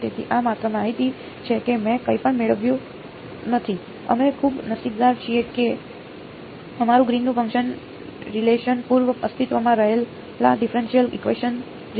તેથી આ માત્ર માહિતી છે કે મેં કંઈપણ મેળવ્યું નથી અમે ખૂબ નસીબદાર છીએ કે અમારું ગ્રીનનું ફંક્શન રિલેશન પૂર્વ અસ્તિત્વમાં રહેલા ડિફરેનશીયલ ઇકવેશન જેવું જ છે